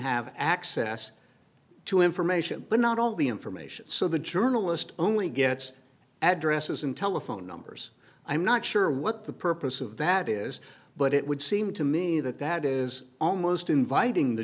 have access to information but not all the information so the journalist only gets addresses and telephone numbers i'm not sure what the purpose of that is but it would seem to me that that is almost inviting the